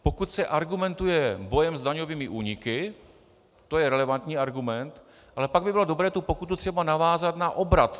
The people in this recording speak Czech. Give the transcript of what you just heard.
Pokud se argumentuje bojem s daňovými úniky, to je relevantní argument, ale pak by bylo dobré pokutu třeba navázat na obrat firmy.